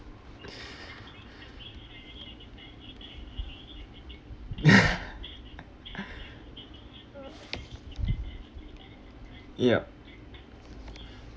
yup